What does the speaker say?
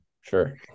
Sure